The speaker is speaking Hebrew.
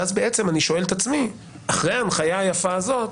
ואז בעצם אני שואל את עצמי אחרי ההנחיה היפה הזאת,